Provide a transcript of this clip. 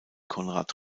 conrad